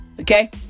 Okay